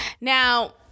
Now